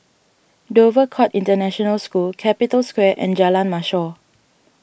Dover Court International School Capital Square and Jalan Mashor